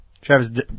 Travis